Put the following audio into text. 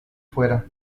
fuera